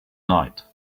night